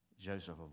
Joseph